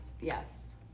Yes